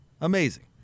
Amazing